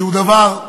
שהוא דבר,